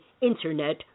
internet